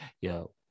yo